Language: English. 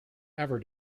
ever